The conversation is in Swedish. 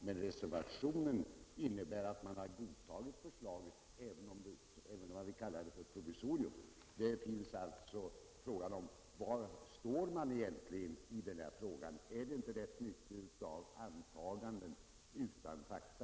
Men reservationen innebär att man har godtagit förslaget, även om man vill kalla det för provisorium. Var står man egentligen i denna sak? Är det inte fråga om rätt mycket av antaganden utan fakta?